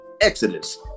Exodus